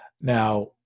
Now